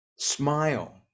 smile